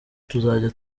tuzajya